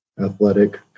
athletic